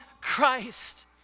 Christ